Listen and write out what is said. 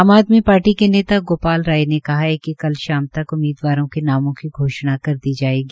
आज आदमी पार्टी के नेता गोपाल राय ने कहा कि कल शाम तक उम्मीदवारों के नामों की घोषणा कर दी जायेगी